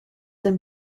him